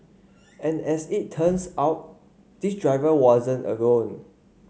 and as it turns out this driver wasn't alone